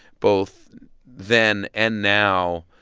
both then and now,